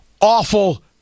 Awful